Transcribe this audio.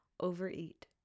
overeat